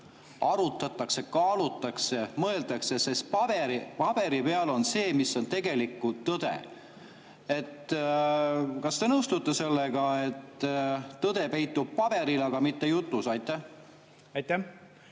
arutatakse, kaalutakse, mõeldakse, sest paberi peal on see, mis on tegelikult tõde. Kas te nõustute sellega, et tõde peitub paberil, aga mitte jutus? Aitäh,